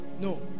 No